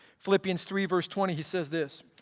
philippians three, verse twenty, he says this,